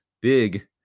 Big